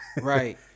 Right